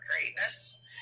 greatness